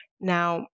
Now